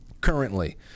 currently